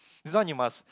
this one you must